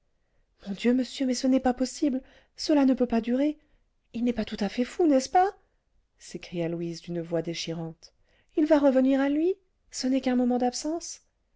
mon dieu monsieur mais ce n'est pas possible cela ne peut pas durer il n'est pas tout à fait fou n'est-ce pas s'écria louise d'une voix déchirante il va revenir à lui ce n'est qu'un moment d'absence